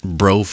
bro